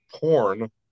porn